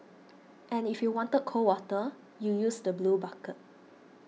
and if you wanted cold water you use the blue bucket